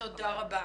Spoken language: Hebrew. תודה רבה.